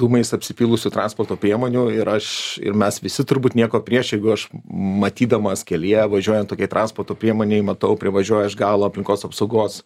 dūmais apsipylusių transporto priemonių ir aš ir mes visi turbūt nieko prieš jeigu aš matydamas kelyje važiuojant tokiai transporto priemonei matau privažiuoja iš galo aplinkos apsaugos